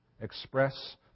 express